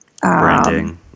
Branding